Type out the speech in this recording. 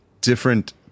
different